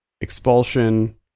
Expulsion